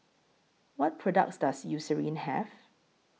What products Does Eucerin Have